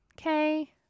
okay